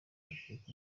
patrick